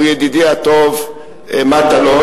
הוא ידידי הטוב מטלון,